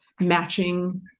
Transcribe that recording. matching